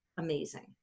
amazing